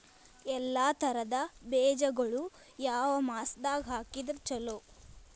ಎಲ್ಲಾ ತರದ ಬೇಜಗೊಳು ಯಾವ ಮಾಸದಾಗ್ ಹಾಕಿದ್ರ ಛಲೋ?